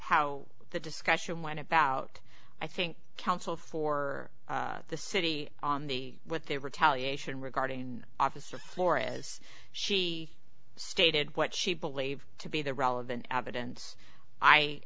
how the discussion went about i think counsel for the city on the with the retaliation regarding officer or is she stated what she believed to be the relevant evidence i